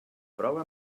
prova